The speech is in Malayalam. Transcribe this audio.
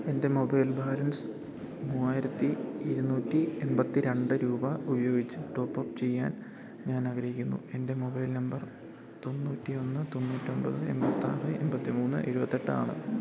എൻ്റെ മൊബൈൽ ബാലൻസ് മൂവായിരത്തിയിരുന്നൂറ്റി എൺപത്തിരണ്ട് രൂപ ഉപയോഗിച്ച് ടോപ്പപ്പ് ചെയ്യാൻ ഞാനാഗ്രഹിക്കുന്നു എൻ്റെ മൊബൈൽ നമ്പർ തൊണ്ണൂറ്റിയൊന്ന് തൊണ്ണൂറ്റിയൊമ്പത് എണ്പത്തിയാറ് എണ്പത്തിമൂന്ന് എഴുപത്തിയെട്ടാണ്